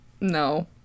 no